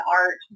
art